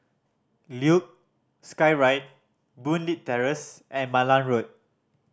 Luge Skyride Boon Leat Terrace and Malan Road